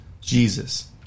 Jesus